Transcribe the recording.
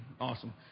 Awesome